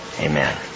Amen